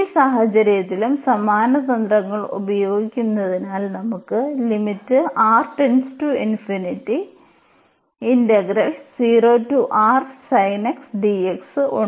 ഈ സാഹചര്യത്തിലും സമാന തന്ത്രങ്ങൾ ഉപയോഗിക്കുന്നതിനാൽ നമുക്ക് ഉണ്ട്